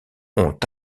ont